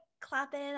clapping